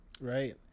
Right